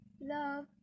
love